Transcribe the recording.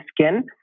skin